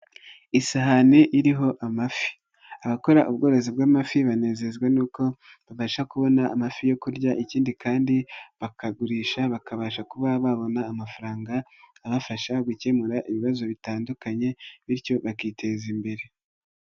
Isahani iriho amafi, abakora ubworozi bw'amafi banezezwa n'uko babasha kubona amafi yo kurya, ikindi kandi bakagurisha bakabasha kuba babona amafaranga abafasha gukemura ibibazo bitandukanye bityo bakiteza imbere.